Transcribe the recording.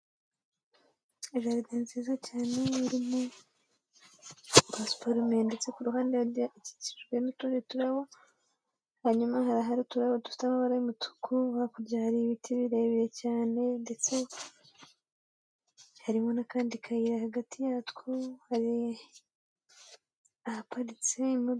Jaride nziza cyane irimo pasiparume ndetse ku ruhande hagiye hakikijwe n'utundi turabo, hanyuma hari ahari uturabo dufite amabara y'umutuku, hakurya hari ibiti birebire cyane, ndetse harimo n'akandi kayira, hagati yatwo hari ahaparitse imodoka.